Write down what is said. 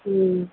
ہوں